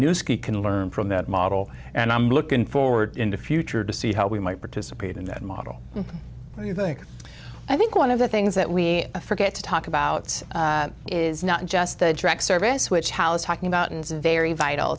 you ski can learn from that model and i'm looking forward in the future to see how we might participate in that model do you think i think one of the things that we forget to talk about is not just the direct service which hal is talking about and very vital